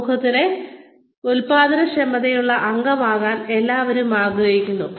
സമൂഹത്തിലെ ഉൽപ്പാദനക്ഷമതയുള്ള അംഗമാകാൻ എല്ലാവരും ആഗ്രഹിക്കുന്നു